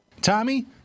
Tommy